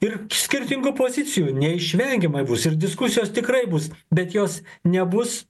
ir skirtingų pozicijų neišvengiamai bus ir diskusijos tikrai bus bet jos nebus